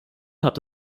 hat